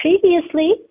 Previously